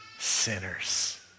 sinners